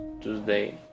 Tuesday